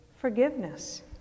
forgiveness